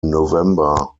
november